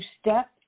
step